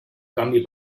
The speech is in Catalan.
canvi